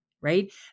right